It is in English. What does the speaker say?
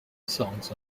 songs